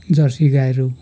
Jersey गाईहरू